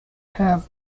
have